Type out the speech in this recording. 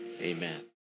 amen